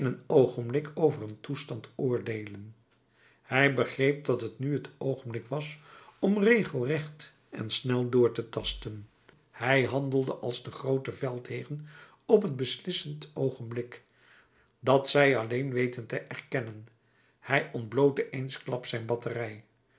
oogenblik over een toestand oordeelen hij begreep dat t nu het oogenblik was om regelrecht en snel door te tasten hij handelde als de groote veldheeren op het beslissend oogenblik dat zij alleen weten te erkennen hij ontblootte eensklaps zijn batterij